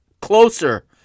closer